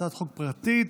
הצעת חוק פרטית